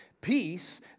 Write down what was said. Peace